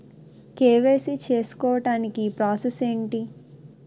KYC చేసుకోవటానికి process ఏంటి?